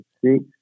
Six